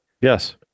Yes